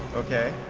okay.